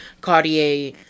Cartier